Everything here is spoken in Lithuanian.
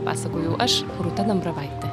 pasakojau aš rūta dambravaitė